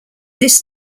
this